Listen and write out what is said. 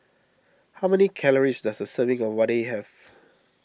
how many calories does a serving of Vadai have